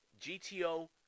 GTO